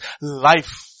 life